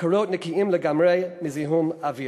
מקורות נקיים לגמרי מזיהום אוויר.